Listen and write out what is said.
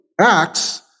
Acts